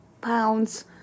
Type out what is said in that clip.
pounds